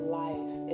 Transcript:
life